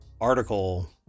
article